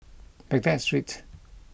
Baghdad Street